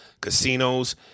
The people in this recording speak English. casinos